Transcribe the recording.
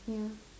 ya